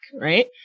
right